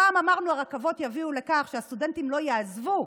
פעם אמרנו שהרכבות יביאו לכך שהסטודנטים לא יעזבו,